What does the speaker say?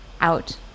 out